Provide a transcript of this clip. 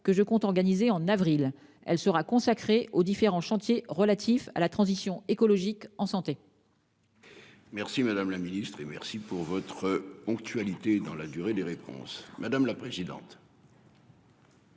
que je compte organiser en avril, elle sera consacrée aux différents chantiers relatifs à la transition écologique en santé. Merci madame la ministre. Et merci pour votre actualité dans la durée des réponses. Madame la présidente.